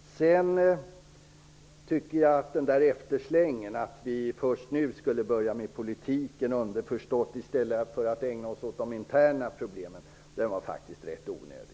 Jag tycker att efterslängen att vi först nu har börjat med politiken, underförstått i stället för att ägna oss åt de interna problemen, faktiskt var rätt onödig.